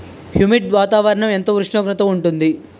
Humid వాతావరణం ఎంత ఉష్ణోగ్రత ఉంటుంది?